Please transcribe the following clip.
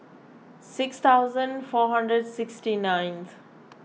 six thousand four hundred sixty ninth